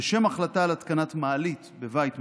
לשם החלטה על התקנת מעלית בבית משותף,